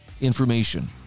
information